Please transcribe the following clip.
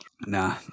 Nah